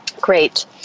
Great